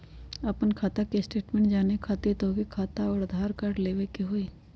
आपन खाता के स्टेटमेंट जाने खातिर तोहके खाता अऊर आधार कार्ड लबे के होइ?